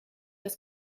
das